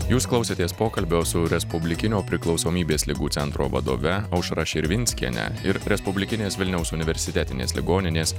jūs klausėtės pokalbio su respublikinio priklausomybės ligų centro vadove aušra širvinskiene ir respublikinės vilniaus universitetinės ligoninės